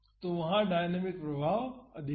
तो वहाँ डायनामिक प्रभाव अधिक हैं